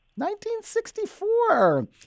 1964